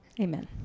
Amen